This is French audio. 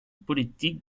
politique